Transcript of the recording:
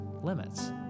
limits